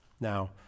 Now